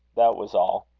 that was all.